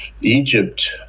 Egypt